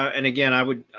and again, i would i,